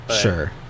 sure